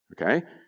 okay